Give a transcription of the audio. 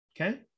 Okay